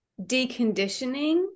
deconditioning